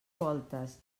voltes